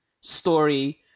story